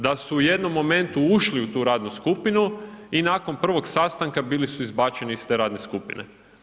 Da su u jednom momentu ušli u tu radnu skupinu i nakon 1. sastanka bili su izbačeni iz te radne skupine.